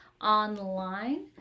online